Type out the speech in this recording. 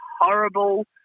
horrible